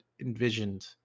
envisioned